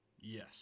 Yes